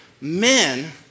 men